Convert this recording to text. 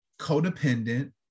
codependent